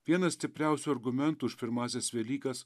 vienas stipriausių argumentų už pirmąsias velykas